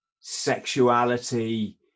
sexuality